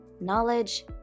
knowledge